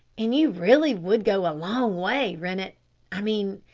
and you really would go a long way rennett i mean,